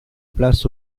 place